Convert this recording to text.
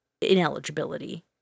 ineligibility